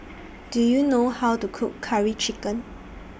Do YOU know How to Cook Curry Chicken